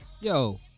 Yo